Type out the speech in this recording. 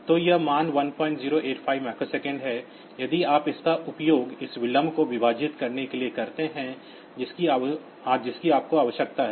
तो यह मान 1085 माइक्रोसेकंड है यदि आप इसका उपयोग उस विलंब को विभाजित करने के लिए करते हैं जिसकी आपको आवश्यकता है